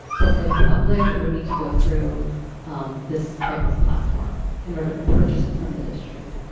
but for the public, it would need to go through this type of platform in order to purchase it from the district.